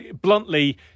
bluntly